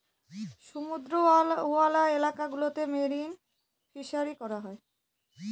সমুদ্রওয়ালা এলাকা গুলোতে মেরিন ফিসারী করা হয়